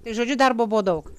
tai žodžiu darbo buvo daug